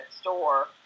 store